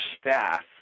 staff